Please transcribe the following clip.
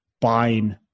buying